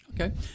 Okay